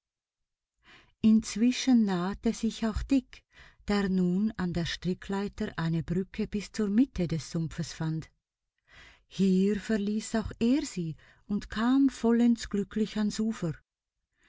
inzwischen nahte sich auch dick der nun an der strickleiter eine brücke bis zur mitte des sumpfes fand hier verließ auch er sie und kam vollends glücklich ans ufer